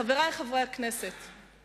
חברי חברי הכנסת,